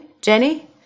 Jenny